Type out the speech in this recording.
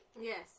Yes